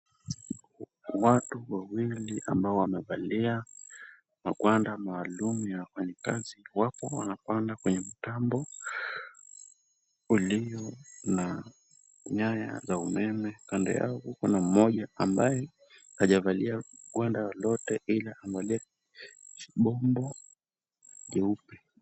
Watu wawili ambao wamevalia magwanda maalum ya wafanyikazi, wapo wanapanda kwenye mtambo ulio na nyaya za umeme. Kando yao kuna mmoja ambaye hajavalia gwanda lolote ila amevalia bombo jeupe.